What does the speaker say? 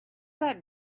that